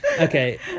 Okay